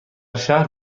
شهر